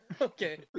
Okay